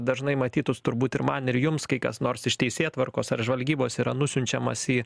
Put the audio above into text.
dažnai matytus turbūt ir man ir jums kai kas nors iš teisėtvarkos ar žvalgybos yra nusiunčiamas į